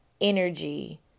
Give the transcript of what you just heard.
energy